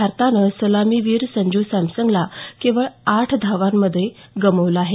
भारतानं सलामीवीर संजू सॅमसनला केवळ आठ धावांवर गमावलं आहे